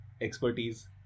expertise